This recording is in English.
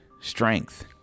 strength